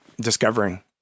discovering